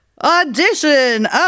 Audition